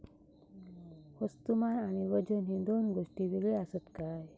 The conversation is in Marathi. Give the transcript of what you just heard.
वस्तुमान आणि वजन हे दोन गोष्टी वेगळे आसत काय?